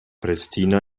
pristina